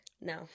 no